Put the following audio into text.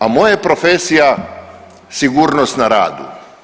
A moja profesija sigurnost na radu.